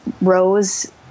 rose